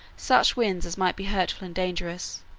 such winds as might be hurtful and dangerous,